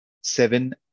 seven